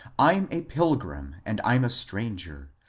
i m a pilgrim, and i m a stranger,